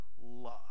love